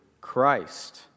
Christ